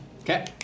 Okay